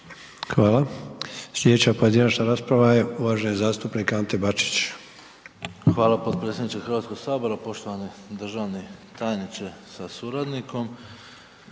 Hvala. Slijedeća pojedinačna rasprava je uvaženi zastupnik Ante Bačić. **Bačić, Ante (HDZ)** Hvala potpredsjedniče Hrvatskog sabora, poštovani državni tajniče sa suradnikom.